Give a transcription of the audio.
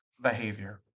behavior